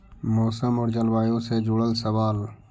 मौसम और जलवायु से जुड़ल सवाल?